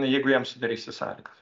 jeigu jiem sudarysi sąlygas